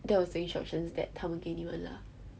that was the instructions that 他们给你们 lah